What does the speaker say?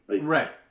Right